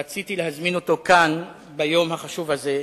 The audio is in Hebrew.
רציתי להזמין אותו לכאן ביום החשוב הזה,